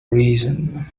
reason